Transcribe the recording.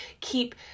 keep